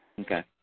Okay